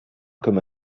comme